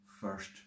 first